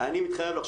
אני מתחייב לך,